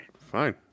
Fine